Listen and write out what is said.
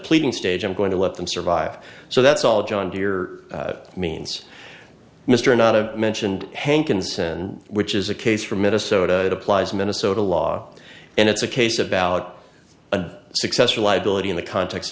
pleading stage i'm going to let them survive so that's all john deere means mr not have mentioned hankinson which is a case for minnesota it applies minnesota law and it's a case about a successor liability in the context